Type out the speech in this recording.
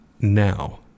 now